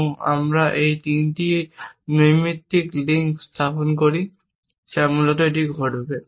তাই আমরা এই 3টি নৈমিত্তিক লিঙ্ক স্থাপন করি যা মূলত এটি করবে